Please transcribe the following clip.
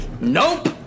nope